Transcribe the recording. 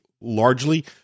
Largely